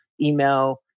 email